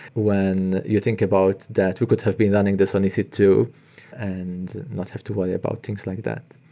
when you think about that, we could have been running this on e c two and not have to worry about things like that